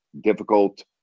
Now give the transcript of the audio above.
difficult